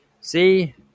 See